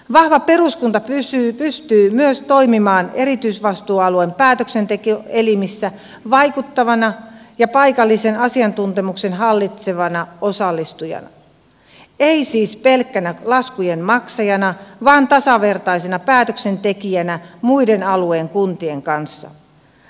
vahva peruskunta pystyy myös toimimaan erityisvastuualueen päätöksentekoelimissä vaikuttavana ja paikallisen asiantuntemuksen hallitsevana osallistujana ei siis pelkkänä laskujen maksajana vaan tasavertaisena päätöksentekijänä muiden alueen kuntien kanssa